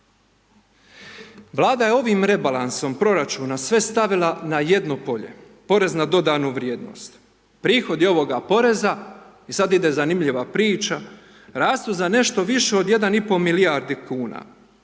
Vlada je ovim rebalansom proračuna sve stavila na jedno polje, PDV. Prihodi ovoga poreza i sada ide zanimljiva priča, rastu za nešto više od jedan i pol milijarde kuna,